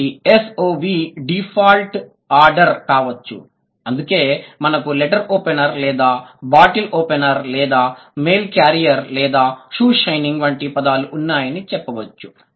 కాబట్టి SOV default order కావచ్చు అందుకే మనకు లెటర్ ఓపెనర్ లేదా బాటిల్ ఓపెనర్ లేదా మెయిల్ క్యారియర్ లేదా షూ షైనింగ్ వంటి పదాలు ఉన్నాయని చెప్పవచ్చు